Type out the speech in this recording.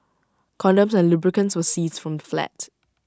condoms and lubricants were seized from the flat